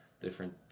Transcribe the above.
different